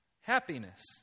happiness